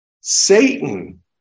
Satan